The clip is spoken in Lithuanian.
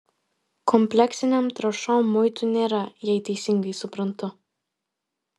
kompleksinėm trąšom muitų nėra jei teisingai suprantu